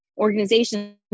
organizations